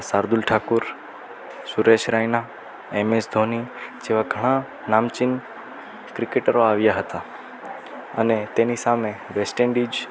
Shardul Thakur Suresh Raina M S Dhoni જેવા ઘણાં નામચીન ક્રિકેટરો આવ્યાં હતાં અને તેની સામે વેસ્ટ ઇંડીઝ